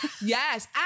yes